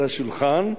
על השולחן,